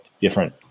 different